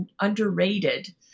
underrated